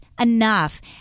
enough